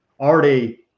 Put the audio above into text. Already